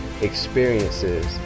experiences